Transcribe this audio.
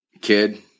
kid